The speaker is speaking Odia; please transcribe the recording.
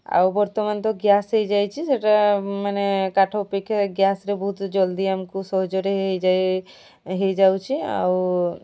ଆଉ ବର୍ତ୍ତମାନ ତ ଗ୍ୟାସ୍ ହୋଇଯାଇଛି ସେଇଟା ମାନେ କାଠ ଅପେକ୍ଷା ଗ୍ୟାସ୍ରେ ବହୁତ୍ ଜଲ୍ଦି ଆମକୁ ସହଜରେ ହୋଇଯାଇ ହୋଇଯାଉଛି ଆଉ